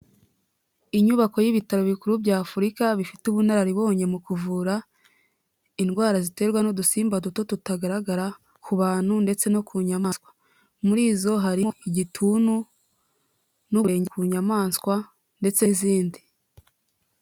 Inyubako y'ibitaro bikuru bya Afurika bifite ubunararibonye mu kuvura indwara ziterwa n'udusimba duto tutagaragara ku bantu ndetse no ku nyamaswa, muri zo harimo igituntu, n'uburenge ku nyayamaswa ndetse n'izindi.